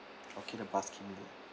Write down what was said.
okay the bus thing is it